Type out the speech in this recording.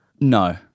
No